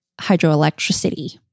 hydroelectricity